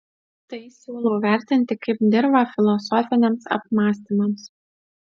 tai siūlau vertinti kaip dirvą filosofiniams apmąstymams